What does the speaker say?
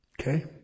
Okay